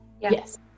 Yes